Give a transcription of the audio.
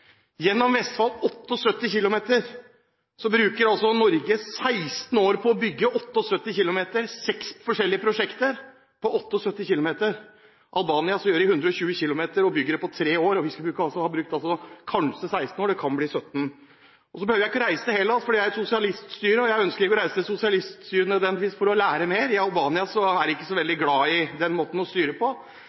bruker 16 år på å bygge 78 km gjennom Vestfold, og det er seks forskjellige prosjekter på 78 km. I Albania kjører de i 120 km/t og bygger det på tre år. Vi skal altså bruke 16 år – det kan bli 17 år. Så behøver jeg ikke å reise til Hellas. Det er et sosialiststyre, og jeg ønsker ikke å reise til sosialiststyrer nødvendigvis for å lære mer. I Albania er de ikke så veldig glad i den måten å styre på,